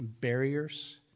barriers